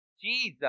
Jesus